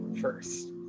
first